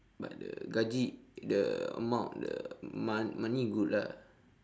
but the gaji the amount the mo~ money good lah